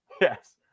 Yes